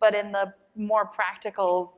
but in the more practical